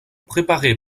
préparée